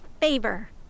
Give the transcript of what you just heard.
favor